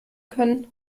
können